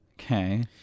Okay